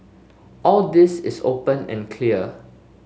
all this is open and clear